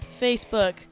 Facebook